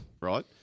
right